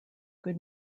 good